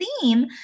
theme